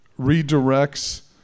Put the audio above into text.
redirects